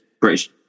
British